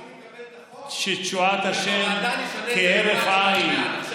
ומקווים שתשועת השם כהרף עין.